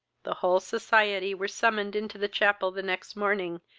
the whole society were summoned into the chapel the next morning,